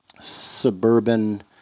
suburban